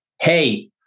hey